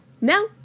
Now